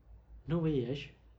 no way I sh~